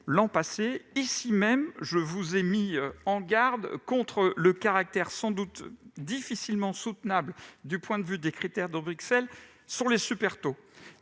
l'an passé, je vous ai mis en garde ici même contre le caractère sans doute difficilement soutenable, du point de vue des critères de Bruxelles, des super taux.